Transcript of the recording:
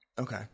Okay